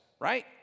right